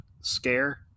scare